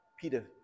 Peter